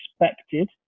expected